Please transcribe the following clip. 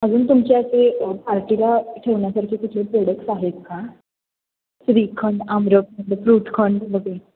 अजून तुमच्या ते पार्टिला ठेवण्यासारखे कुठले प्रोडक्टस आहेत का श्रीखंड आम्रखंड फ्रूटखंड वगे